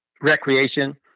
recreation